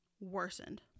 worsened